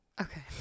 Okay